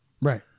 Right